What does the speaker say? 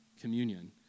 communion